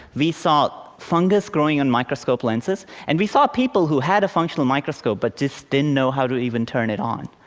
we saw fungus growing on microscope lenses. and we saw people who had a functional microscope but just didn't know how to even turn it on.